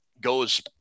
goes